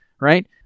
right